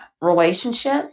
relationship